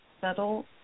settle